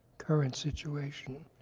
current situation.